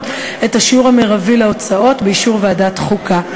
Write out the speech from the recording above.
את השיעור המרבי להוצאות באישור ועדת החוקה.